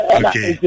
okay